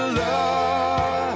love